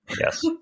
yes